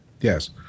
Yes